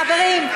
חברים,